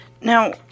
Now